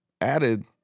added